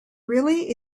really